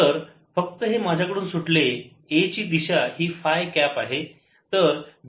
तर फक्त हे माझ्याकडून सुटले A ची दिशा हि फाय कॅप आहे